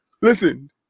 Listen